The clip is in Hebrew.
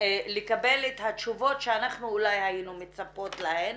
לקבל את התשובות שאנחנו אולי היינו מצפות להן.